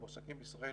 המועסקים בישראל,